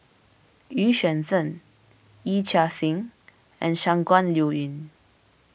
Xu Yuan Zhen Yee Chia Hsing and Shangguan Liuyun